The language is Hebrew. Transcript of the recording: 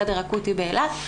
חדר אקוטי באילת,